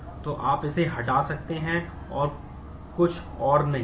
तो आप इसे हटा सकते हैं और कुछ और नहीं है